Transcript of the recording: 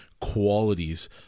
qualities